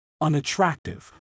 unattractive